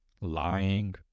lying